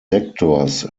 sektors